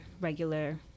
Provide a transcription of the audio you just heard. regular